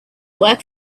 work